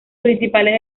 principales